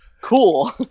cool